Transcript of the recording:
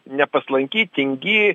nepaslanki tingi